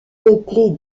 peuplée